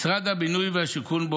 משרד הבינוי והשיכון,